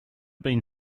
being